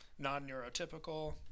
Non-neurotypical